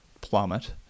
plummet